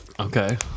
Okay